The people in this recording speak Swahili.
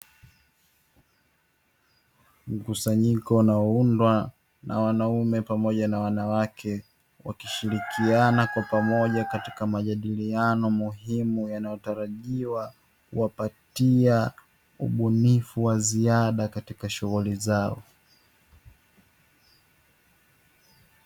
Mkusanyiko unaoundwa na wanaume pamoja na wanawake wakishilikiana kwa pamoja katika majadiliano muhimu, yanayotarajiwa kuwapatia ubunifu wa ziada katika shughuli zao.